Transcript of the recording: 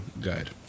guide